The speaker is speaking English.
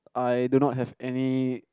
I do not have any